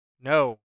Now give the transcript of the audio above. No